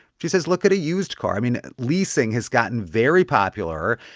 she says, look at a used car. i mean, leasing has gotten very popular.